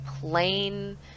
plain